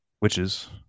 witches